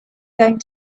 going